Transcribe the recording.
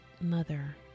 mother